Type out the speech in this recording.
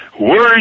words